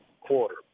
quarter